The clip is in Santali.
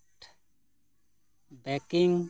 ᱵᱮᱠᱤᱝ